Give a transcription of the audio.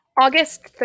august